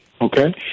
Okay